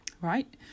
Right